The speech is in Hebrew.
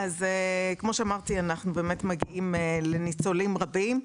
כמו שאמרתי, אנחנו מגיעים לניצולים רבים.